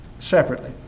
separately